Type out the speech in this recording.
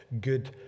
good